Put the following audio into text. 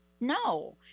no